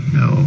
no